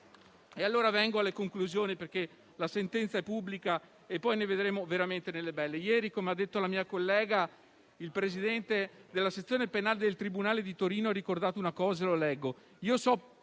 Vengo alle conclusioni perché la sentenza è pubblica e poi ne vedremo veramente delle belle. Ieri, come ha detto una mia collega, il presidente della sezione penale del tribunale di Torino ha ricordato una cosa che vorrei